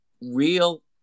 real